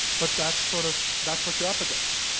but that's sort of that's what you're up against,